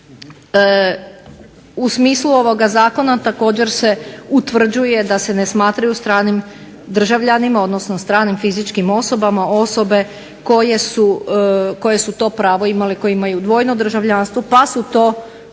U smislu ovoga zakona također se utvrđuje da se ne smatraju stranim državljanima, odnosno stranim fizičkim osobama osobe koje su to pravo imale i koje imaju dvojno državljanstvo pa su to pravo